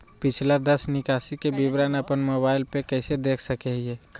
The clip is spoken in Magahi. पिछला दस निकासी के विवरण अपन मोबाईल पे कैसे देख सके हियई?